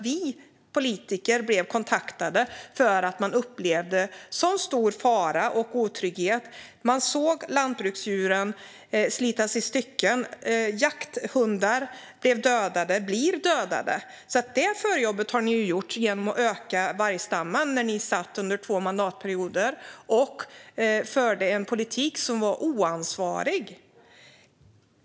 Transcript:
Vi politiker blev kontaktade av människor för att de upplevde en så stor fara och otrygghet. De såg lantbruksdjuren slitas i stycken och jakthundar bli dödade. Detta förarbete har ni gjort genom att öka vargstammen när ni satt i regeringsställning under två mandatperioder och förde en politik som var oansvarig.